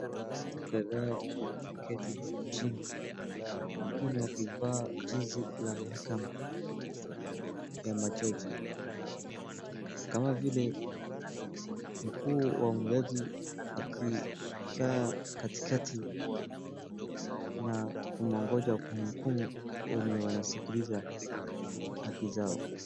Watu kadha wameketi hapo Chini wengine wakivaa jezi la mahakama ya majaji kama vile mkuu wa majaji akikaa katikati na kumwongoja kuhukumu wenye wanasikiliza haki zao .